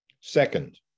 Second